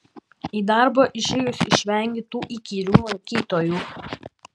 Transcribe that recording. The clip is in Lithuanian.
į darbą išėjus išvengi tų įkyrių lankytojų